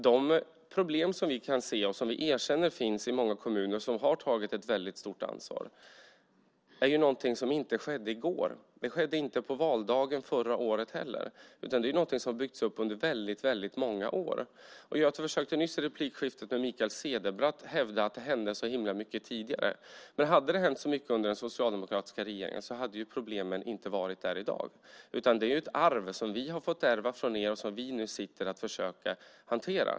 De problem som vi kan se och som vi erkänner finns i många kommuner som har tagit ett väldigt stort ansvar är ju inte någonting som skedde i går. Det skedde inte på valdagen förra året heller, utan det är någonting som har byggts upp under väldigt många år. Göte försökte nyss, under replikskiftet med Mikael Cederbratt, hävda att det hände så himla mycket tidigare. Men hade det hänt så mycket under den socialdemokratiska regeringen så hade ju problemen inte funnits där i dag. Det här är ett arv som vi har fått från er och som vi nu sitter och har att försöka hantera.